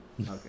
Okay